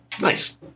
Nice